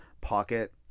pocket